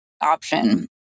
option